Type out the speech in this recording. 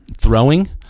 throwing